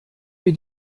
wir